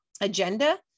agenda